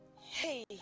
Hey